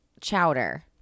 chowder